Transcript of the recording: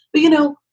you know,